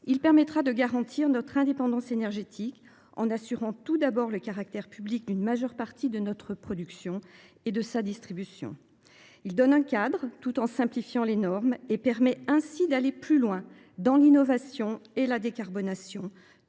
ci permettra de garantir notre indépendance énergétique en assurant tout d’abord le caractère public d’une large part de notre production et de sa distribution. La proposition de loi fixe un cadre tout en simplifiant les normes ; elle permet ainsi d’aller plus loin dans l’innovation et la décarbonation,